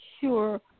sure